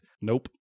Nope